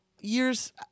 years